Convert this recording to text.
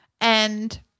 And-